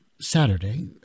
Saturday